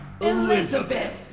Elizabeth